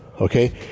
Okay